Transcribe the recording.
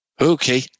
Okay